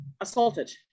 assaulted